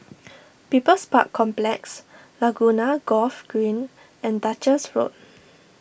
People's Park Complex Laguna Golf Green and Duchess Road